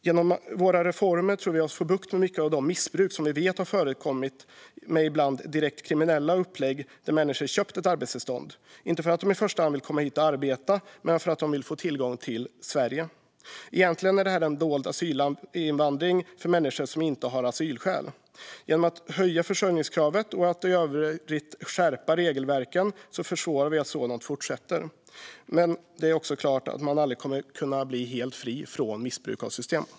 Genom reformerna tror vi oss få bukt med mycket av det missbruk vi vet har förekommit med ibland direkt kriminella upplägg där människor köpt ett arbetstillstånd, inte för att de i första hand vill komma hit och arbeta utan för att få tillgång till Sverige. Egentligen är det en dold asylinvandring för människor utan asylskäl. Genom att höja försörjningskravet och i övrigt skärpa regelverken försvårar vi för att sådant här fortsätter. Men givetvis går det aldrig att bli helt fri från missbruk av systemet.